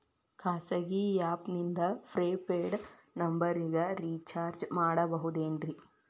ಖಾಸಗಿ ಆ್ಯಪ್ ನಿಂದ prepaid ನಂಬರಿಗ ರೇಚಾರ್ಜ್ ಮಾಡಬಹುದೇನ್ರಿ?